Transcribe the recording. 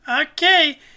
Okay